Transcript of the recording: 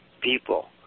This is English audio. people